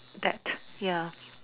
that ya